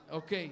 ok